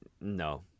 No